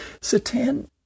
Satan